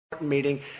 meeting